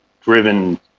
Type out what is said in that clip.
driven